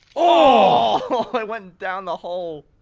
ohhh! it but went down the hole!